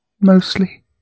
Mostly